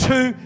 Two